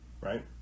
right